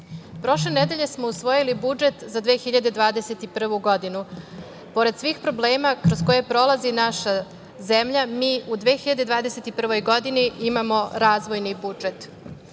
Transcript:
prošle nedelje smo usvojili budžet za 2021. godinu. Pored svih problema kroz koje prolazi naša zemlja, mi u 2021. godini imamo razvojni budžet. Očekuje